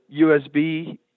USB